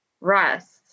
rest